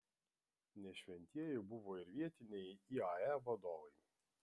ne šventieji buvo ir vietiniai iae vadovai